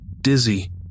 dizzy